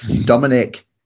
Dominic